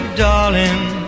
darling